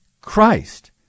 Christ